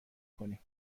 کنیم